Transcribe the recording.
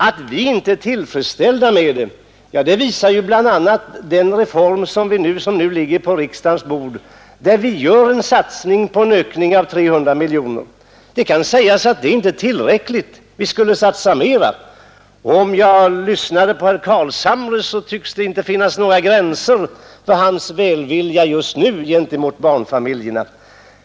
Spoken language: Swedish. Att vi inte är tillfredsställda med förhållandena visar bl.a. den reform som nu ligger på riksdagens bord, där vi gör en satsning genom att föreslå en ökning med 300 miljoner. Det kan sägas att detta inte är tillräckligt utan att vi skulle satsa mera. När herr Carlshamre talade tycktes det inte finnas några gränser för hans välvilja nu mot barnfamiljerna.